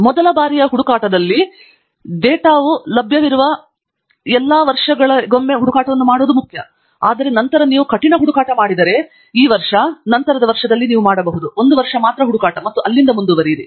ಮೊದಲ ಬಾರಿಗೆ ಹುಡುಕಾಟಕ್ಕಾಗಿ ಡೇಟಾವು ಲಭ್ಯವಿರುವ ಎಲ್ಲಾ ವರ್ಷಗಳಿಗೊಮ್ಮೆ ಹುಡುಕಾಟವನ್ನು ಮಾಡುವುದು ಮುಖ್ಯ ಆದರೆ ನಂತರ ನೀವು ಕಠಿಣ ಹುಡುಕಾಟ ಮಾಡಿದರೆ ಈ ವರ್ಷ ನಂತರದ ವರ್ಷದಲ್ಲಿ ನೀವು ಮಾಡಬಹುದು ಒಂದು ವರ್ಷ ಮಾತ್ರ ಹುಡುಕಾಟ ಮತ್ತು ಅಲ್ಲಿಂದ ಮುಂದುವರಿಯಿರಿ